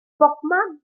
bobman